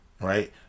Right